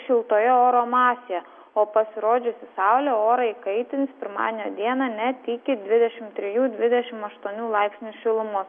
šiltoje oro masėje o pasirodžiusi saulė orą įkaitins pirmadienio dieną net iki dvidešim trijų dvidešim aštuonių laipsnių šilumos